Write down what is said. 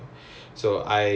okay ah ya ya ya